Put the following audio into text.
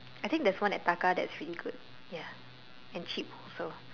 I think there's one at Taka that's really good and cheap also